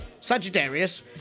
Sagittarius